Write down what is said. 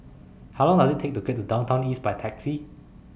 How Long Does IT Take to get to Downtown East By Taxi